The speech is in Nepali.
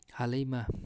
हालैमा